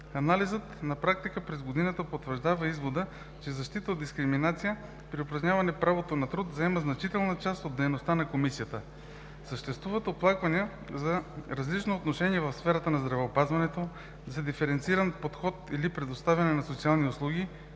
Анализът на практиката през годината потвърждава извода, че защитата от дискриминация при упражняване правото на труд заема значителна част от дейността на Комисията. Съществуват оплаквания и за различно отношение в сферата на здравеопазването, за диференциран подход при предоставянето на социални услуги,